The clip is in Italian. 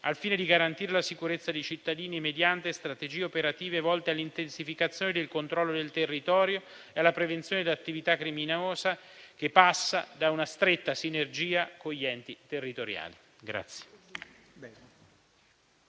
al fine di garantire la sicurezza dei cittadini mediante strategie operative volte all'intensificazione del controllo del territorio e alla prevenzione di attività criminose, che passa da una stretta sinergia con gli enti territoriali. [DELLA